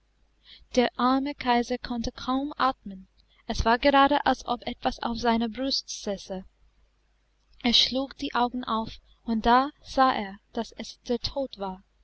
der arme kaiser konnte kaum atmen es war gerade als ob etwas auf seiner brust säße er schlug die augen auf und da sah er daß es der tod war